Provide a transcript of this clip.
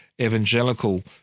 evangelical